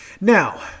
Now